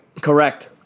Correct